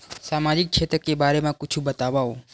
सामजिक क्षेत्र के बारे मा कुछु बतावव?